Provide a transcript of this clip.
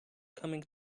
coming